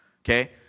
Okay